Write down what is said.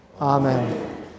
Amen